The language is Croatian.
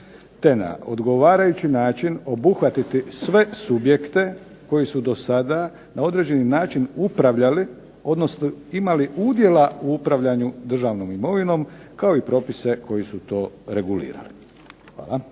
te na odgovarajući način obuhvatiti sve subjekte koji su do sada na određeni način upravljali, odnosno imali udjela u upravljanju državnom imovinom kao i propise koji su to regulirali. Hvala.